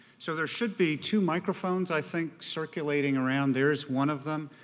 so there should be two microphones i think circulating around. there's one of them.